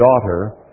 daughter